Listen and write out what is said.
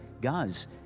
guys